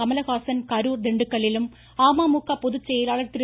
கமலஹாசன் கரூர் திண்டுக்கல்லிலும் அமமுக பொதுச்செயலாளர் திரு